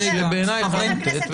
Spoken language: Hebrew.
שבעיניי היא מוטעית.